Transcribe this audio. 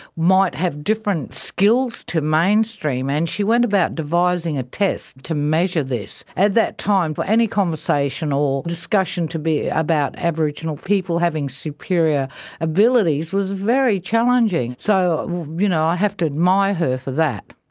might have different skills to mainstream, mainstream, and she went about devising a test to measure this. at that time, for any conversation or discussion to be about aboriginal people having superior abilities was very challenging. so you know i have to admire her for that.